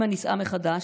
אימא נישאה מחדש,